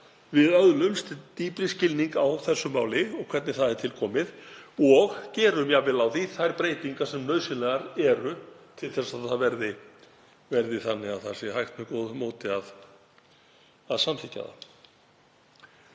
þeim tíma dýpri skilning á málinu og hvernig það er til komið og gerum jafnvel á því þær breytingar sem nauðsynlegar eru til að það verði þannig að hægt sé með góðu móti að samþykkja það.